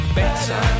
better